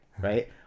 right